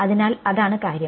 അതിനാൽ അതാണ് കാര്യം